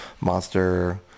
Monster